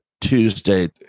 Tuesday